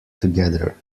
together